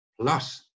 Plus